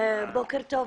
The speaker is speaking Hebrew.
בוקר טוב.